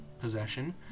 possession